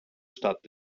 stadt